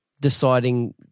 Deciding